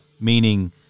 meaning